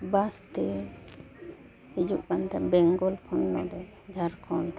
ᱛᱮ ᱦᱤᱡᱩᱜ ᱠᱟᱱ ᱛᱟᱦᱮᱱ ᱵᱮᱝᱜᱚᱞ ᱠᱷᱚᱱ ᱱᱚᱰᱮ ᱡᱷᱟᱲᱠᱷᱚᱸᱰ